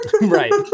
Right